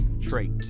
trait